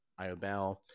Iobel